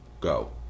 go